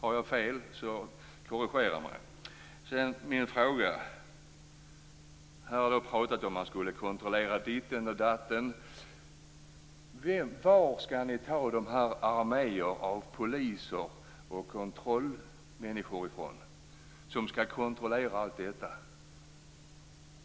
Om jag har fel, korrigera mig. Min fråga: Här har vi pratat om att kontrollera ditten och datten. Var skall ni ta dessa arméer av poliser och kontrollmänniskor från som skall kontrollera allt detta?